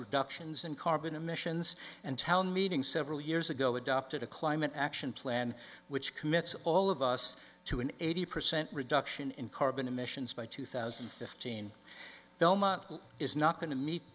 reductions in carbon emissions and town meeting several years ago adopted a climate action plan which commits all of us to an eighty percent reduction in carbon emissions by two thousand and fifteen belmont is not going to meet